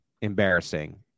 embarrassing